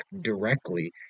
directly